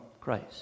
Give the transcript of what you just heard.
Christ